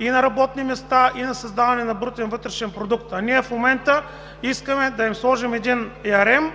и на работни места, и на създаване на брутен вътрешен продукт. В момента искаме да им сложим един ярем